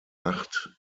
acht